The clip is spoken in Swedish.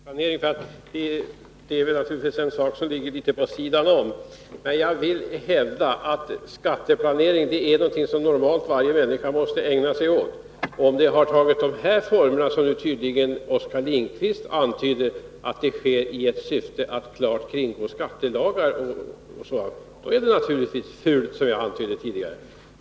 Fru talman! Jag skall inte bli långrandig när det gäller skatteplanering, för det är naturligtvis en sak som ligger litet vid sidan om. Men jag vill hävda att skatteplanering är någonting som varje människa normalt måste ägna sig åt. Om detta har tagit de former som Oskar Lindkvist beskriver, och sker i ett syfte att klart kringgå skattelagar och sådant, är det naturligtvis fult, som jag antydde tidigare.